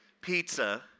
pizza